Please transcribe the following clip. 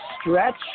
stretch